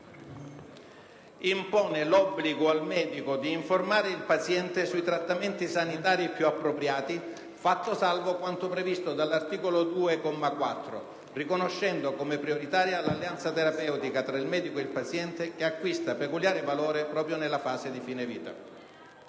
«impone l'obbligo al medico di informare il paziente sui trattamenti sanitari più appropriati, fatto salvo quanto previsto dell'articolo 2, comma 4, riconoscendo come prioritaria l'alleanza terapeutica tra il medico e il paziente che acquista peculiare valore proprio nella fase di fine vita».